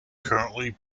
currently